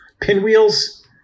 pinwheels